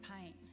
paint